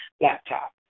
laptop